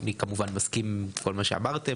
אני כמובן מסכים עם כל מה שאמרתם,